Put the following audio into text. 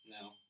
No